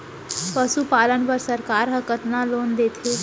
पशुपालन बर सरकार ह कतना लोन देथे?